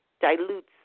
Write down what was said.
dilutes